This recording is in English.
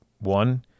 One